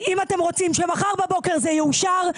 אם אתם רוצים שמחר בבוקר זה יאושר,